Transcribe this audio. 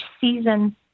season